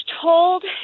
told